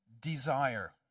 desire